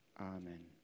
Amen